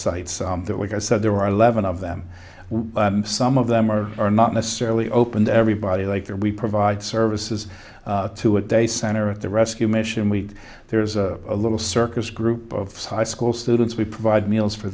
week i said there were eleven of them and some of them are are not necessarily open to everybody like there we provide services to a day center at the rescue mission we there's a little circus group of high school students we provide meals for